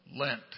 Lent